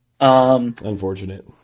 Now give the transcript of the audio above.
Unfortunate